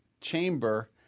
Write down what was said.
chamber